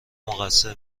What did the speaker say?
مقصر